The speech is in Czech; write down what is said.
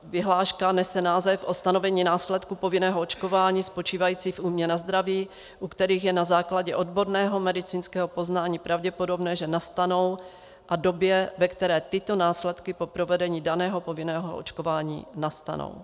Vyhláška nese název O stanovení následků povinného očkování spočívajících v újmě na zdraví, u kterých je na základě odborného medicínského poznání pravděpodobné, že nastanou, a době, ve které tyto následky po provedení daného povinného očkování nastanou.